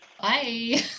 Bye